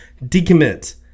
decommit